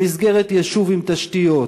במסגרת יישוב עם תשתיות,